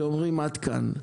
שאומרים עד כאן,